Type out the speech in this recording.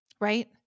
right